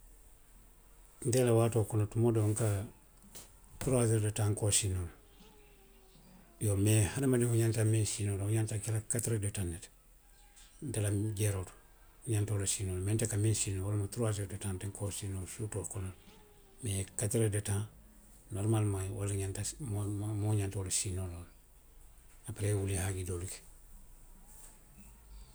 Nte la waatoo kono, tuma doo nka, turuwaaseeri de taŋ nka wo siinoo le. Iyoo mee hadamadiŋo ňanta miŋ siinoo la wo ňanta ke la katiriyeeri de taŋ ne ti. Nte la, hun, jeeroo to. I ňanta wo le siinoo la. Mee nte ka miŋ siinoo wo lemu turuwaaseeri de taŋ ti nte ka wo siinoo le. Suutoo fanaŋ. Mee katiriyeeri de taŋ norimaalimaŋ wo le ňanta siinoo la. moo. moo ňanta wo le siinoo noo la. Aperee i ye wuli i ye i haaji doolu ke.